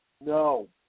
No